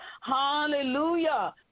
Hallelujah